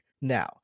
now